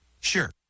Sure